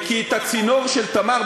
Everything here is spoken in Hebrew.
כי את הצינור של "תמר",